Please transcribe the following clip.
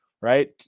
right